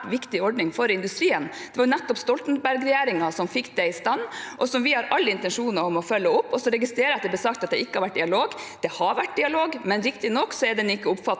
viktig ordning for industrien. Det var nettopp Stoltenberg-regjeringen som fikk den i stand, og vi har alle intensjoner om å følge den opp. Jeg registrerer at det ble sagt at det ikke har vært dialog. Det har vært dialog, men riktignok er den ikke oppfattet